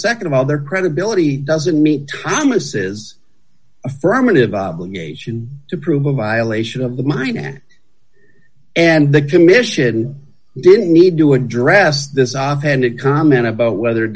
but nd of all their credibility doesn't meet thomas affirmative obligation to prove a violation of the mine and and the commission didn't need to address this offhanded comment about whether